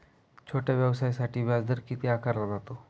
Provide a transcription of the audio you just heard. छोट्या व्यवसायासाठी व्याजदर किती आकारला जातो?